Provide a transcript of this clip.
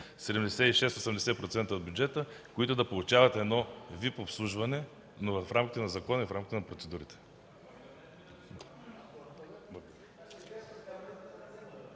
76-80% от бюджета, които да получават едно ВИП обслужване, но в рамките на закона и в рамките на процедурите.